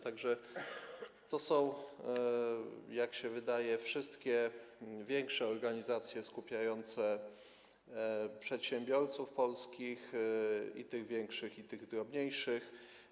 Tak że to są, jak się wydaje, wszystkie większe organizacje skupiające przedsiębiorców polskich: i tych większych, i tych drobniejszych.